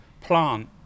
plant